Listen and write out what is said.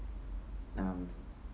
um